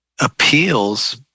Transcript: appeals